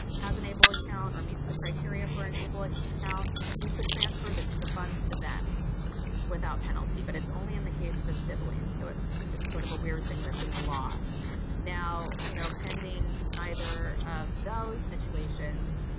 has an able account or meets the criteria for an able account you could transfer the the funds to them without penalty but it's only in the case of a sibling so it's it's sort of a weird thing that's in the law now you know pending neither of those situations